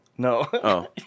No